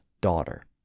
daughter